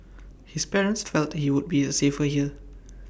his parents felt he would be safer here